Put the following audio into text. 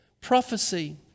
Prophecy